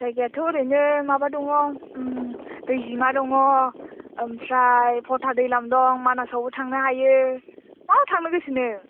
जायगायाथ' ओरैनो माबा दङ दैजिमा दङ ओमफ्राय फथा दैलाम दं मानासावबो थांनो हायो बहा थांनो गोसो नों